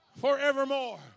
forevermore